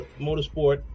Motorsport